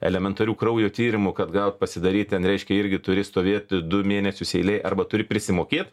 elementarių kraujo tyrimų kad gaut pasidaryt ten reiškia irgi turi stovėti du mėnesius eilėj arba turi prisimokėt